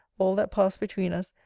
all that passed between us,